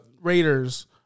Raiders